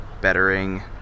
bettering